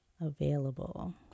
available